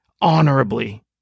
honorably